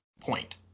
point